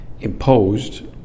imposed